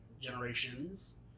generations